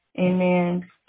amen